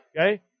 Okay